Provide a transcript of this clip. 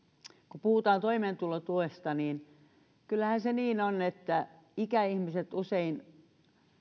kun puhutaan toimeentulotuesta niin kyllähän se niin on että ikäihmiset usein